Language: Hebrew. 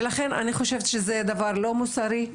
ולכן אני חושבת שזה דבר לא מוסרי,